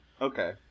Okay